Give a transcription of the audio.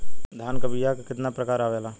धान क बीया क कितना प्रकार आवेला?